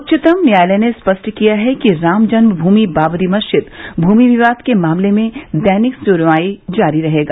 उच्चतम न्यायालय ने स्पष्ट किया है कि राम जन्मभूमि बादरी मस्जिद भूमि विवाद मामले में दैनिक सुनवाई जारी रखेगा